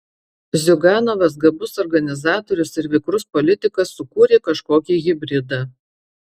ziuganovas gabus organizatorius ir vikrus politikas sukūrė kažkokį hibridą